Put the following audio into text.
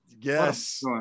yes